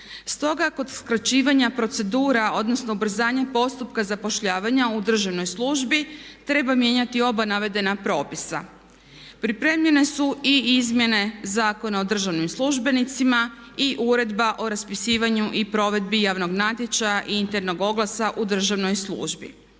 Stoga kod skraćivanja procedura odnosno ubrzanja postupka zapošljavanja u državnoj službi treba mijenjati oba navedena propisa. Pripremljene su i Izmjene zakona o državnim službenicima i Uredba o raspisivanju i provedbi javnog natječaja i internog oglasa u državnoj službi.